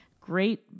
Great